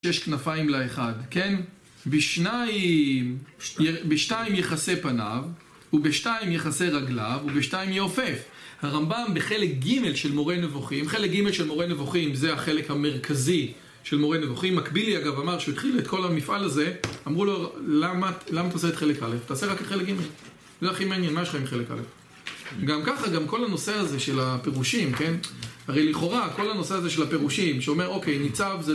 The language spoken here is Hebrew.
שיש כנפיים ל-1, כן? בשתיים יכסה פניו, ובשתיים יכסה רגליו, ובשתיים יעופף. הרמב"ם בחלק ג' של מורה נבוכים, חלק ג' של מורה נבוכים זה החלק המרכזי של מורה נבוכים. מקבילי אגב אמר שהתחיל כל המפעל הזה, אמרו לו, למה אתה עושה את חלק א', תעשה רק את חלק ג'. זה הכי מעניין, מה שלך עם חלק א'? גם ככה גם כל הנושא הזה של הפירושים, כן? הרי לכאורה כל הנושא הזה של הפירושים, שאומר אוקיי, ניצב זה לא...